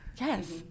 Yes